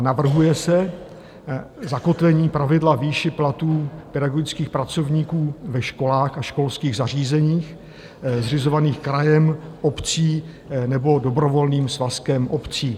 Navrhuje se zakotvení pravidla výše platů pedagogických pracovníků ve školách a školských zařízeních zřizovaných krajem, obcí nebo dobrovolným svazkem obcí.